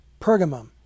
Pergamum